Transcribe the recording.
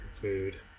food